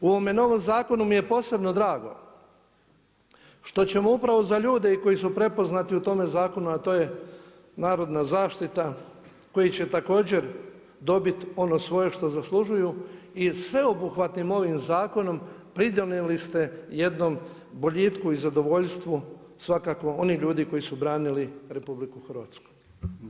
U ovom novom zakonu mi je posebno drago, što ćemo upravo za ljude i koji su prepoznati u tome zakonu, a to je narodna zaštita koji će također dobiti ono svoje što zaslužuju i sveobuhvatnim ovim zakonom pridonijeli ste jednom boljitku i zadovoljstvu, svakako oni ljudi koji su branili RH.